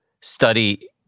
study